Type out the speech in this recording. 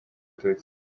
abatutsi